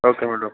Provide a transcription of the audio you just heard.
okay madam